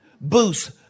boost